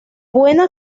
buena